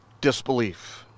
disbelief